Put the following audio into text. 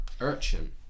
Urchin